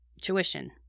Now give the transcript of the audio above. tuition